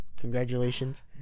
Congratulations